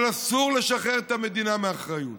אבל אסור לשחרר את המדינה מאחריות.